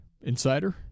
Insider